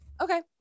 okay